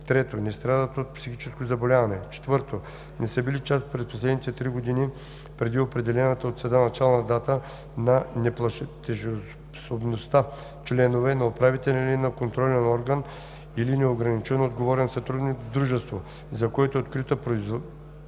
3. не страдат от психическо заболяване; 4. не са били през последните три години преди определената от съда начална дата на неплатежоспособността членове на управителен или на контролен орган или неограничено отговорен съдружник в дружество, за което е открито производство